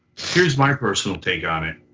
here's my personal take on it.